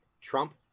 Trump